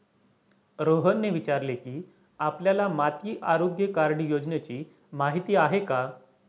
रोहनने विचारले की, आपल्याला माती आरोग्य कार्ड योजनेची माहिती आहे का?